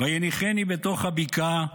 "וַיְנִיחֵנִי בתוך הבקעה